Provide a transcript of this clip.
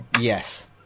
Yes